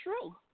true